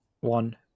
one